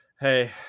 hey